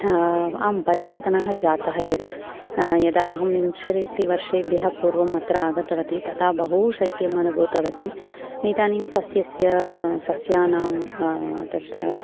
आं परिवर्तनः जातः एव यदा अहं विंशतिवर्षेभ्यः पूर्वम् अत्र आगतवती तदा बहु शैत्यम् अनुभूतवती एतानि सस्यस्य सस्यानाम् तत्